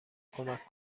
کمک